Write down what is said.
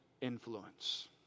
influence